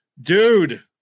dude